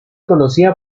conocida